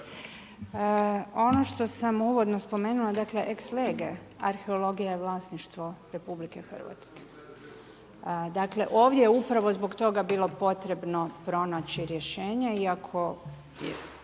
Ono što sam uvodno spomenula ex lege arheologija vlasništvo RH. Dakle, ovdje je upravo zbog toga bilo potrebno pronaći rješenje i ako